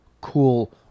cool